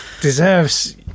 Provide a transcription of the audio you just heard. deserves